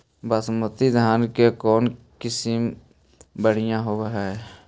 बासमती धान के कौन किसम बँढ़िया होब है?